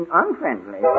unfriendly